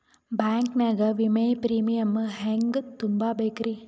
Bank ನಾಗ ವಿಮೆಯ premium ಹೆಂಗ್ ತುಂಬಾ ಬೇಕ್ರಿ?